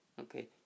okay